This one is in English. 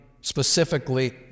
specifically